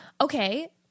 Okay